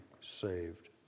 saved